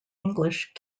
english